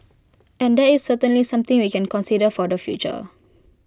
and that is certainly something we can consider for the future